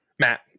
Matt